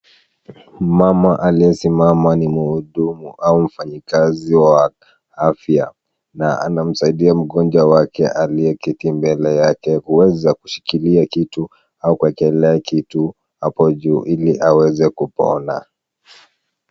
Mumama aliyesimama ni mhudumu au mfanyakazi wa afya na anamsaidia mgonjwa wake aliyeketi mbele yake kuweza kushikilia kitu au kuekelea kitu hapo juu ili aweze kupona.